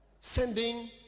sending